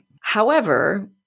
However-